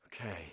Okay